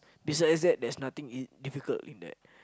besides that there's nothing easy difficult in that